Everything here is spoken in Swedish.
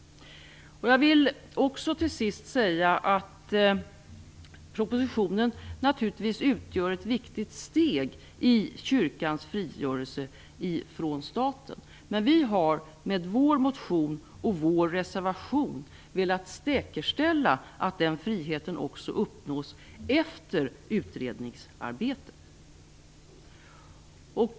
Propositionen utgör naturligtvis ett viktigt steg i kyrkans frigörelse från staten, men vi i Folkpartiet har med vår motion och vår reservation velat säkerställa att den friheten uppnås också efter utredningsarbetet.